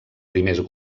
primers